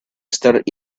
start